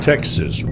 Texas